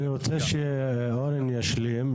אני רוצה שאורן ישלים.